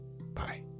bye